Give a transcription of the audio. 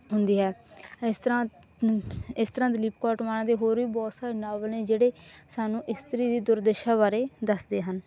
ਹੁੰਦੀ ਹੈ ਇਸ ਤਰ੍ਹਾਂ ਇਸ ਤਰ੍ਹਾਂ ਦਲੀਪ ਕੌਰ ਟਿਵਾਣਾ ਦੇ ਹੋਰ ਵੀ ਬਹੁਤ ਸਾਰੇ ਨਾਵਲ ਨੇ ਜਿਹੜੇ ਸਾਨੂੰ ਇਸਤਰੀ ਦੀ ਦੁਰਦਸ਼ਾ ਬਾਰੇ ਦੱਸਦੇ ਹਨ